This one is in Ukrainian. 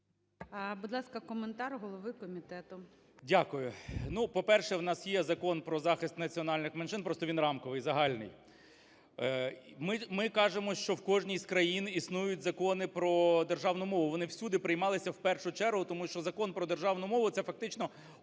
Дякую. Ну, по-перше, у нас є Закон про захист національних меншин. Просто він рамковий, загальний. Ми кажемо, що в кожній з країн існують закони про державну мову. Вони всюди приймалися в першу чергу. Тому що Закон про державну мову – це фактично